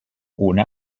ohne